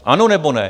Ano nebo ne?